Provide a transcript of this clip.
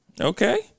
Okay